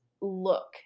look